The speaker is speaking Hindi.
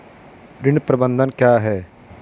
ऋण प्रबंधन क्या है?